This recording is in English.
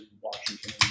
Washington